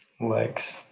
Legs